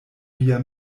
via